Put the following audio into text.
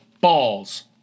balls